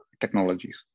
technologies